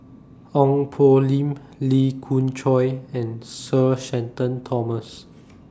Ong Poh Lim Lee Khoon Choy and Sir Shenton Thomas